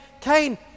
Cain